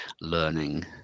learning